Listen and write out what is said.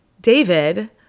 David